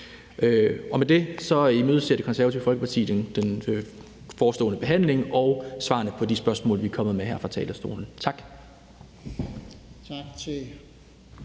Med det imødeser Det Konservative Folkeparti den forestående behandling og svarene på de spørgsmål, vi er kommet med her fra talerstolen. Tak.